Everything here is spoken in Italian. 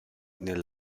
nel